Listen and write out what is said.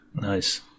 Nice